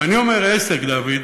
ואני אומר עסק, דוד,